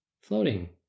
floating